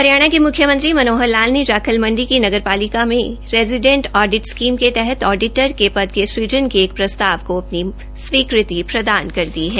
हरियाणा के मुख्यमंत्री मनोहर लाल ने जाखल मंडी की नगर पालिका में रेजीडेंट ऑडिट स्कीम के तहत ऑडिटर के पद क सुजन के एक प्रस्ताव को अपनी स्वीकृति प्रदानकर दी है